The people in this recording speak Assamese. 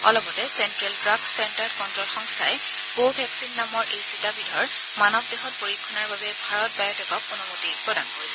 অলপতে চেণ্টেল ড্ৰাগ ট্টেণ্ডাৰ্ড কণ্ট'ল সংস্থাই 'কোভেকচিন' নামৰ এই ছিটাবিধৰ মানৱ দেহত পৰীক্ষণৰ বাবে ভাৰত বায়'টেকক অনুমতি প্ৰদান কৰিছিল